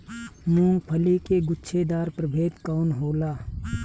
मूँगफली के गुछेदार प्रभेद कौन होला?